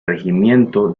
regimiento